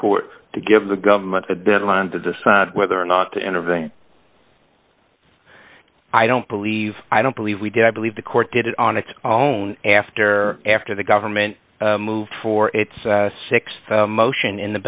court to give the government a deadline to decide whether or not to intervene i don't believe i don't believe we did i believe the court did it on its own after after the government moved for its th motion in the